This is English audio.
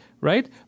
right